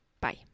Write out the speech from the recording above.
Bye